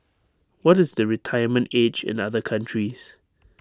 what is the retirement age in other countries